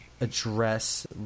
address